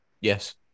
Yes